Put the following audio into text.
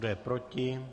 Kdo je proti?